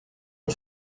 une